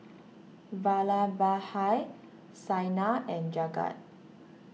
Vallabhbhai Saina and Jagat